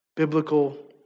biblical